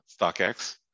StockX